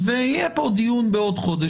יהיה פה דיון בעוד חודש,